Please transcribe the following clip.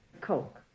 Coke